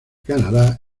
canadá